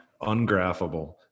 ungraphable